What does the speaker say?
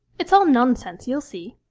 it's all nonsense, you'll see